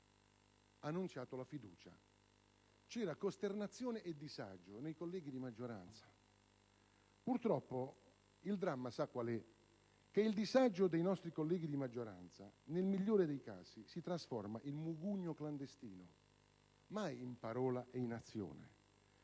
Vito ha annunciato la fiducia: c'era costernazione e disagio nei colleghi di maggioranza. Purtroppo il dramma è che il disagio dei nostri colleghi di maggioranza nel migliore dei casi si trasforma in mugugno clandestino, mai in parola e in azione.